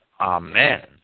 amen